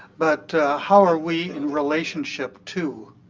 but how are we in relationship to